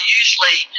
usually